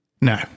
No